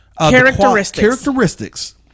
characteristics